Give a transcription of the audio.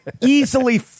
Easily